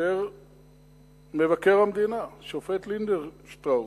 דיבר מבקר המדינה, השופט לינדנשטראוס.